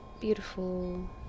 beautiful